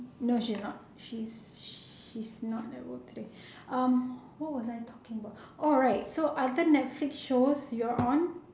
no she's not she's she's not at work today um what was I talking about orh right so other netflix shows you're on